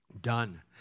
done